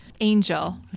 Angel